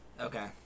Okay